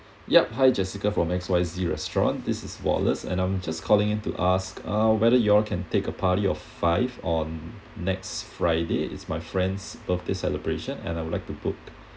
yup hi jessica from X Y Z restaurant this is wallace and I'm just calling in to ask uh whether y'all can take a party of five on next friday is my friend's birthday celebration and I would like to book